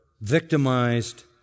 victimized